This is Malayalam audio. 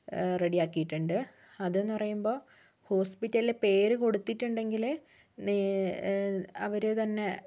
റെഡിയാക്കിയിട്ടുണ്ട് അത് എന്ന് പറയുമ്പോൾ ഹോസ്പിറ്റലിലെ പേര് കൊടുത്തിട്ടുണ്ടെങ്കില് അവര തന്നെ